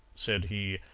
said he,